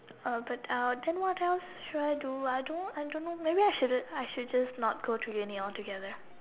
uh but uh then what else should I do I don't I don't know maybe I shouldn't I should just not go to uni altogether